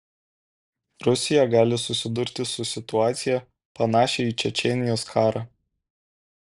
rusija gali susidurti su situacija panašia į čečėnijos karą